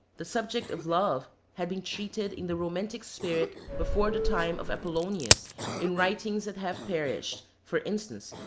the subject of love had been treated in the romantic spirit before the time of apollonius in writings that have perished, for instance,